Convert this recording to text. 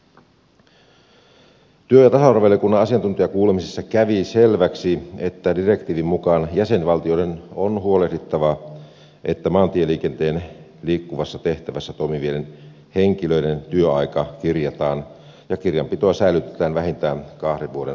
työ ja tasa arvovaliokunnan asiantuntijakuulemisessa kävi selväksi että direktiivin mukaan jäsenvaltioiden on huolehdittava että maantieliikenteen liikkuvassa tehtävässä toimivien henkilöiden työaika kirjataan ja kirjanpitoa säilytetään vähintään kahden vuoden ajan